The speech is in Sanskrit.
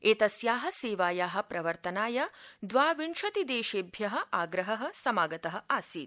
एतस्या सेवाया प्रवर्तनाय द्वाविंशति देशेभ्य आप्रहसमागत आसीत्